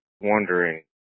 wondering